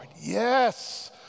yes